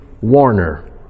Warner